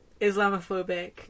Islamophobic